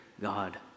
God